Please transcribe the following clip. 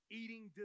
eating